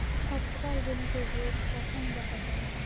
ছত্রাক জনিত রোগ কখন দেখা য়ায়?